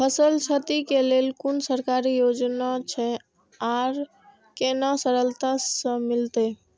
फसल छति के लेल कुन सरकारी योजना छै आर केना सरलता से मिलते?